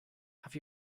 have